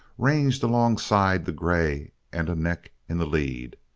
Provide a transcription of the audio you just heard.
ranged along side the grey and a neck in the lead.